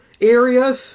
areas